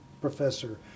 professor